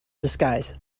disguise